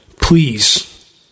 please